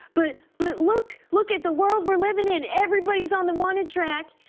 but but look, look at the world we're livin' in, everybody's on the wanted track,